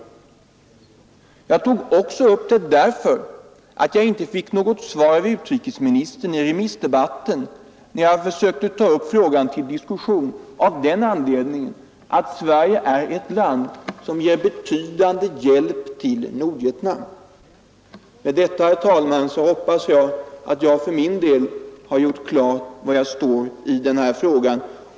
Jag tog också upp frågan därför att jag inte fick något svar av utrikesministern i remissdebatten, när jag då aktualiserade samma fråga av den anledningen att Sverige är ett land som ger betydande hjälp till Nordvietnam. Med detta, herr talman, hoppas jag att jag för min del har gjort klart var jag står i den här frågan.